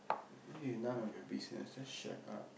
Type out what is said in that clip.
this is none of your business just shut up